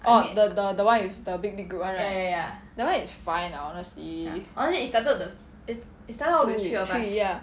orh the the the one with the big group [one] right that [one] is fine lah honestly who three ya